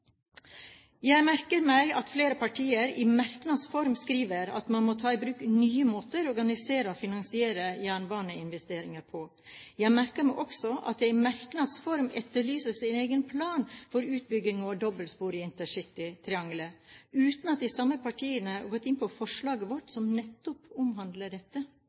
Jeg merker meg at flere partier i merknads form skriver at man må ta i bruk nye måter å organisere og finansiere jernbaneinvesteringer på. Jeg merker meg også at det i merknads form etterlyses en egen plan for utbygging av dobbeltspor i intercitytriangelet uten at de samme partiene har gått inn på forslaget vårt som nettopp omhandler dette.